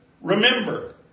remember